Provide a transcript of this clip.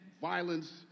violence